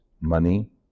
money